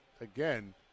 again